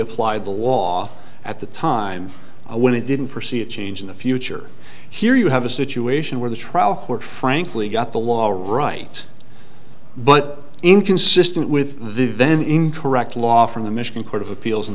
applied the law at the time when it didn't forsee a change in the future here you have a situation where the trial court frankly got the law right but inconsistent with the then incorrect law from the michigan court of appeals in